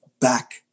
back